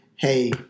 Hey